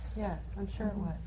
yes, i'm sure it